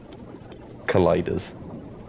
colliders